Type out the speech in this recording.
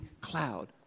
cloud